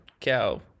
cow